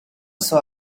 saw